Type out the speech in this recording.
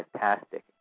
fantastic